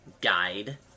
Guide